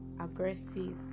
aggressive